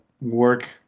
work